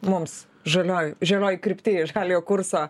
mums žaliojoj žalioj krypty žaliojo kurso